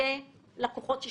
ידכם ולא על ידי הפיקוח על הבנקים,